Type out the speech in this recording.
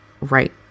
right